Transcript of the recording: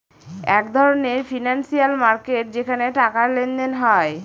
এক ধরনের financial market যেখানে টাকার লেনদেন হয়